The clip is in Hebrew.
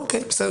אוקיי, בסדר.